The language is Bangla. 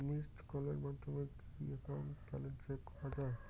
মিসড্ কলের মাধ্যমে কি একাউন্ট ব্যালেন্স চেক করা যায়?